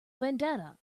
vendetta